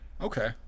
Okay